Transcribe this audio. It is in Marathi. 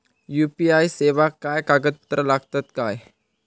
यू.पी.आय सेवाक काय कागदपत्र लागतत काय?